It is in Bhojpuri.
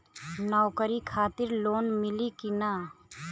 नौकरी खातिर लोन मिली की ना?